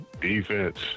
defense